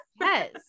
yes